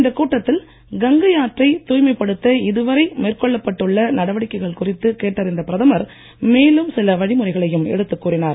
இந்தக் கூட்டத்தில் கங்கை ஆற்றை தூய்மைப்படுத்த இதுவரை மேற்கொள்ளப்பட்டு உள்ள நடவடிக்கைகள் குறித்து கேட்டறிந்த பிரதமர் மேலும் சில வழிமுறைகளையும் எடுத்துக் கூறினார்